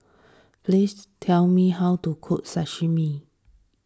please tell me how to cook Sashimi